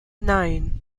nine